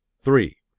three.